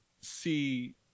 see